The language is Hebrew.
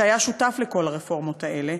שהיה שותף לכל הרפורמות האלה,